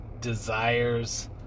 desires